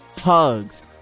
hugs